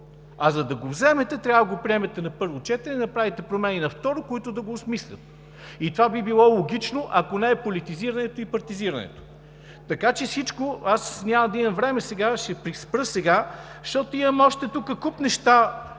А за да го вземете, трябва да го приемете на първо четене, да направите промени на второ, които да го осмислят. И това би било логично, ако не е политизирането и партизирането. Няма да имам време сега и ще спра, защото тук имам още куп неща,